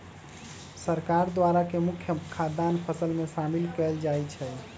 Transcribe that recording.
सरकार द्वारा के मुख्य मुख्य खाद्यान्न फसल में शामिल कएल जाइ छइ